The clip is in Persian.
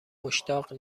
مشتاق